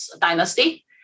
dynasty